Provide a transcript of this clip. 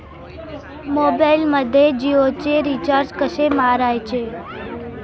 मोबाइलमध्ये जियोचे रिचार्ज कसे मारायचे?